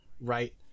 right